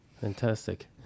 Fantastic